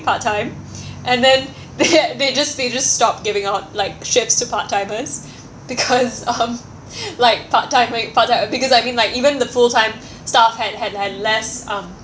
part time and then they they just they just stopped giving out like shifts to part timers because um like part time part time because I mean like even the full time staff had had had less um